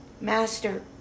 Master